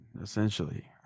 essentially